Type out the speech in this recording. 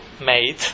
made